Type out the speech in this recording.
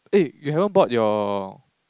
eh you haven't bought your